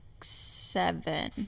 seven